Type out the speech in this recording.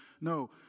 No